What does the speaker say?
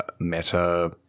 meta